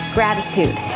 Gratitude